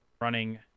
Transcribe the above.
running